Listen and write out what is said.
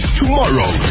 tomorrow